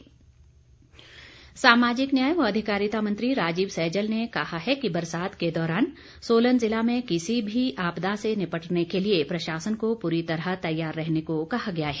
सैजल सामाजिक न्याय व अधिकारिता मंत्री राजीव सैजल ने कहा है कि बरसात के दौरान सोलन जिला में किसी भी आपदा से निपटने के लिए प्रशासन को पूरी तरह तैयार रहने को कहा गया है